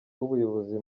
w’ubuyobozi